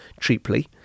cheaply